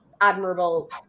admirable